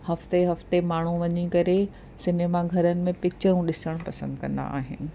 हफ़्ते हफ़्ते माण्हू वञी करे सिनेमाघरनि में पिकिचरूं ॾिसंण पसंदि कंदा आहिनि